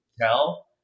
tell